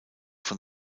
von